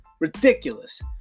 Ridiculous